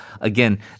again